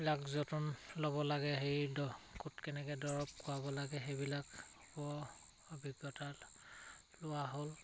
বিলাক যতন ল'ব লাগে সেই দ ক'ত কেনেকে দৰৱ খোৱাব লাগে সেইবিলাক অভিজ্ঞতা লোৱা হ'ল